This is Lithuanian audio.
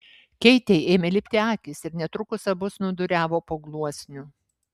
keitei ėmė lipti akys ir netrukus abu snūduriavo po gluosniu